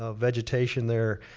ah vegetation there.